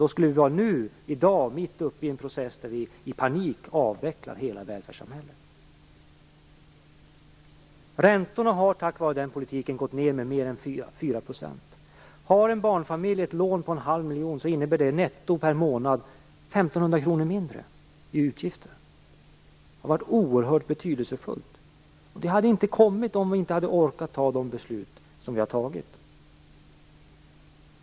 Då skulle vi i dag vara mitt uppe i en process där vi i panik avvecklar hela välfärdssamhället. Räntorna har gått ned med mer än 4 % tack vare den politiken. För en barnfamilj som har ett lån på en halv miljon innebär det 1 500 kr mindre netto per månad i utgifter. Det har varit oerhört betydelsefullt. Det hade inte kommit om vi inte hade orkat fatta de beslut som vi har fattat.